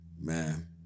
Man